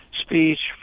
speech